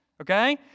Okay